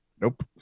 Nope